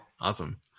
Awesome